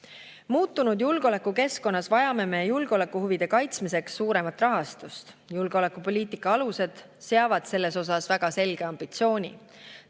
Muutunud julgeolekukeskkonnas vajame me julgeolekuhuvide kaitsmiseks suuremat rahastust. Julgeolekupoliitika alused seavad selles osas väga selge ambitsiooni.